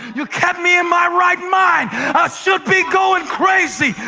you kept me in my right mind. i should be going crazy,